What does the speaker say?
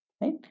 right